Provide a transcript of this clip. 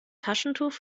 taschentuch